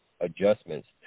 adjustments